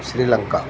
Sri Lanka